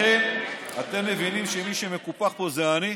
לכן, אתם מבינים שמי שמקופח פה זה אני,